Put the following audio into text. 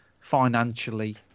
financially